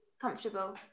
comfortable